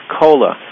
cola